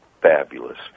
fabulous